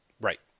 Right